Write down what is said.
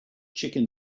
chicken